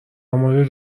مورد